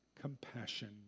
compassion